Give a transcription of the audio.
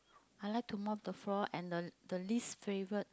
I like to mop the floor and the least favourite